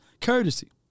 Courtesy